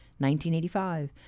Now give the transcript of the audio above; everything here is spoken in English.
1985